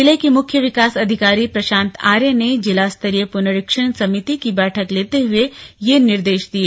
जिले के मुख्य विकास अधिकारी प्रशान्त आर्य ने जिला स्तरीय पुनरीक्षण समिति की बैठक लेते हुए ये निर्देश दिए